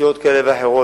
מסיעות כאלו ואחרות,